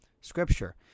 Scripture